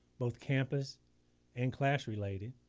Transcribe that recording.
both campus and class related.